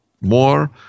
more